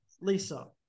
lisa